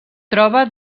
troba